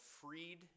Freed